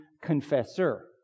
confessor